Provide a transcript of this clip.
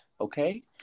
okay